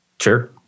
Sure